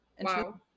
Wow